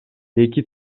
эки